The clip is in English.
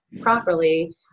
properly